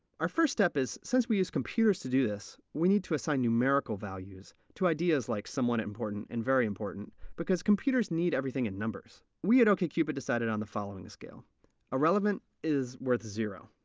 our first step is, since we use computers to do this, we need to assign numerical values to ideas like somewhat important and very important, because computers need everything in numbers. we at okcupid decided on the following scale irrelevant is worth zero.